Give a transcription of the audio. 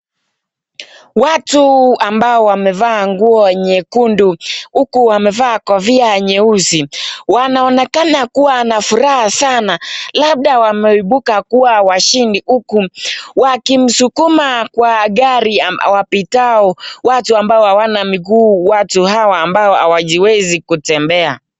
Watu ambao wamevaa nguo nyekundu huku wamevaa kofia nyeusi. Wanonekana kuwa na furaha sana. Labda wameibuka kuwa washindi huku wakimsukuma kwa gari wapitao watu ambao hawana miguu, watu hawa ambao hawajiwezi kutembea.